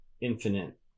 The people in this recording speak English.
infinite